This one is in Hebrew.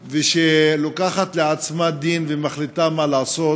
שלוקחת לעצמה את הדין ומחליטה מה לעשות,